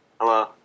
Hello